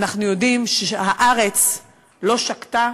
אנחנו יודעים שהארץ לא שקטה,